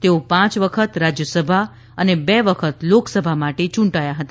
તેઓ પાંચ વખત રાજ્યસભા અને બે વખત લોકસભા માટે ચૂંટાયા હતા